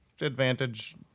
advantage